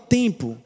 tempo